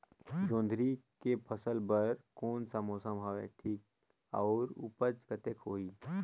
जोंदरी के फसल बर कोन सा मौसम हवे ठीक हे अउर ऊपज कतेक होही?